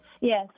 Yes